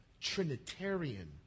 Trinitarian